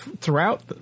throughout